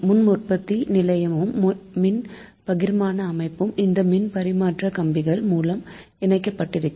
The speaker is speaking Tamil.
மின் உற்பத்தி நிலையமும் மின் பகிர்மான அமைப்பும் இந்த மின் பரிமாற்ற கம்பிகள் மூலம் இணைக்கப்பட்டிருக்கும்